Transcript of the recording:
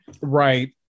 Right